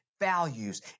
values